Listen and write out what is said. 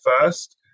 first